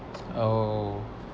oh